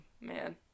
man